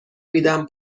میدم